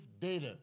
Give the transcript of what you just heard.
data